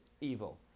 evil